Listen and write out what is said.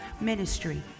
Ministry